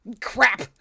Crap